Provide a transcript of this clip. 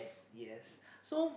yes so